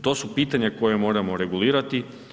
To su pitanja koja moramo regulirati.